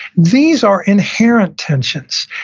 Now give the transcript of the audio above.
these are inherent tensions.